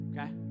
okay